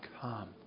Come